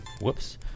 Whoops